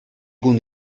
кун